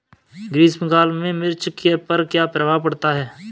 ग्रीष्म काल में मिर्च पर क्या प्रभाव पड़ता है?